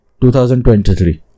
2023